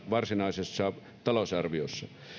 varsinaisessa talousarviossa